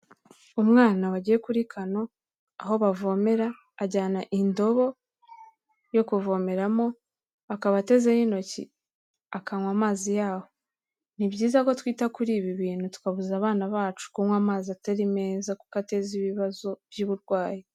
Umwana wagiye kuri kanano aho bavomera ajyana indobo yo kuvomeramo, akaba atezeho intoki akanywa amazi yaho, ni byiza ko twita kuri ibi bintu tukabuza abana bacu kunywa amazi atari meza kuko ateza ibibazo by'uburwayi.